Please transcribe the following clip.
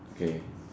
okay